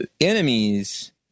enemies